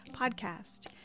podcast